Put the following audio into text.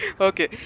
Okay